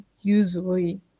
usually